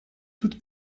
toute